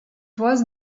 was